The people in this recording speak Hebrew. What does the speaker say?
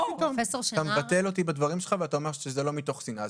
אתה מבטל אותי בדברים שלך ואתה אומר שזה לא מתוך שנאה.